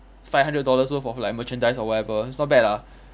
five hundred dollars worth of like merchandise or whatever it's not bad lah